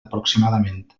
aproximadament